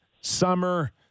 summer